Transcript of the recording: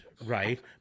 right